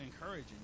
encouraging